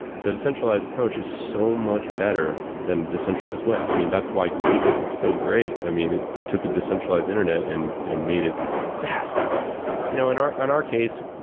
so approach is so much better than decentralized way. i mean, that's why google is so great. i mean, it it took a decentralized internet and and made it fast you know in our and our case,